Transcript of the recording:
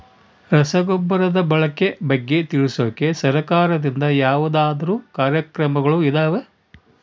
ರಸಗೊಬ್ಬರದ ಬಳಕೆ ಬಗ್ಗೆ ತಿಳಿಸೊಕೆ ಸರಕಾರದಿಂದ ಯಾವದಾದ್ರು ಕಾರ್ಯಕ್ರಮಗಳು ಇದಾವ?